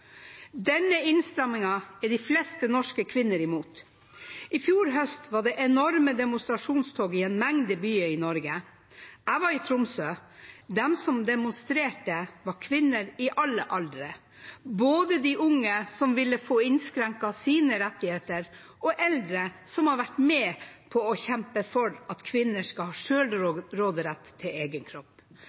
Denne innstrammingen er de fleste norske kvinner imot. I fjor høst var det enorme demonstrasjonstog i en mengde byer i Norge. Jeg var i Tromsø. De som demonstrerte, var kvinner i alle aldre, både de unge som ville få innskrenket sine rettigheter, og eldre som har vært med på å kjempe for at kvinner skal ha råderett over egen kropp.